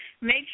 Make